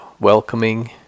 welcoming